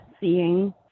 seeing